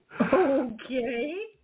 Okay